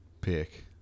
pick